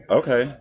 okay